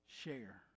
share